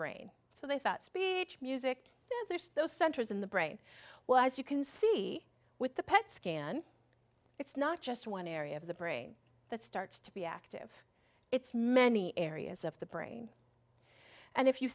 brain so they thought speech music then there's those centers in the brain well as you can see with the pet scan it's not just one area of the brain that starts to be active it's many areas of the brain and if you